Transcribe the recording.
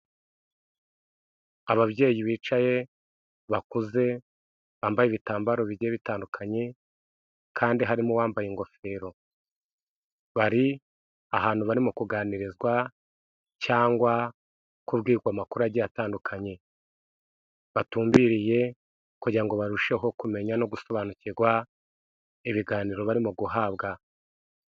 Ababyeyi bicaye bakuze bambaye ibitambaro bigiye bitandukanye kandi harimo uwambaye ingofero, bari ahantu barimo kuganirizwa cyangwa kubwirwa amakuru agiye atandukanye, batumbiriye kugira ngo barusheho kumenya no gusobanukirwa ibiganiro barimo guhabwa.